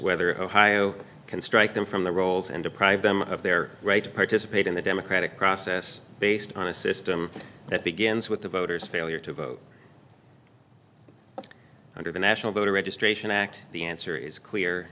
whether ohio can strike them from the rolls and deprive them of their right to participate in the democratic process based on a system that begins with the voters failure to vote under the national voter registration act the answer is clear